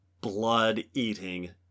blood-eating